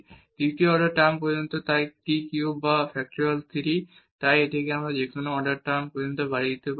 এবং তৃতীয় order term পর্যন্ত তাই টি কিউব বা ফ্যাক্টরিয়াল 3 তাই আমরা এটিকে যেকোন অর্ডার টার্ম পর্যন্ত বাড়িয়ে দিতে পারি